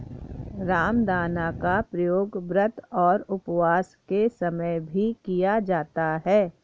रामदाना का प्रयोग व्रत और उपवास के समय भी किया जाता है